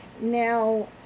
Now